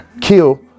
kill